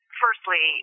firstly